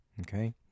Okay